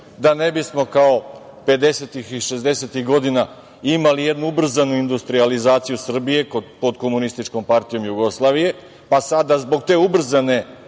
da ne bismo kao 50-ih i 60-ih godina imali jednu ubrzanu industrijalizaciju Srbije pod Komunističkom partijom Jugoslavije, pa sada zbog te ubrzane